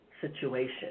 situation